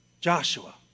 Joshua